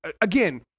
again